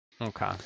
Okay